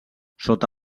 sota